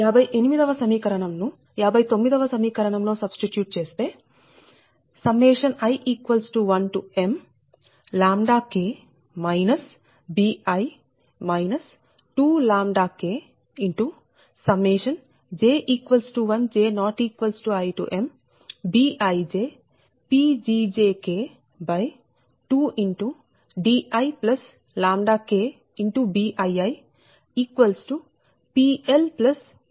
58 వ సమీకరణం ను 59వ సమీకరణం లో సబ్స్టిట్యూట్ చేస్తే i1mK bi 2Kj1 j≠imBijPgjK 2diKBiiPLPLossK వస్తుంది